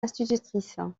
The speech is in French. institutrice